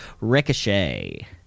ricochet